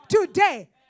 Today